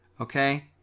okay